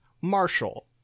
marshall